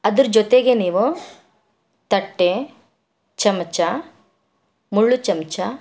ಅದರ ಜೊತೆಗೆ ನೀವು ತಟ್ಟೆ ಚಮಚ ಮುಳ್ಳು ಚಮಚ